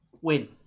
Win